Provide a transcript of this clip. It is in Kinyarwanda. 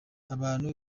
abantu